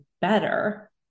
better